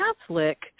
Catholic